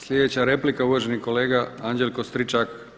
Sljedeća replika uvaženi kolega Anđelko Stričak.